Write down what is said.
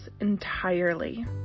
entirely